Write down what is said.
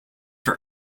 for